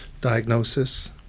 diagnosis